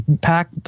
pack